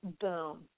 boom